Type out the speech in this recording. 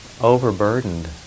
overburdened